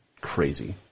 crazy